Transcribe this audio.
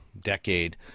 decade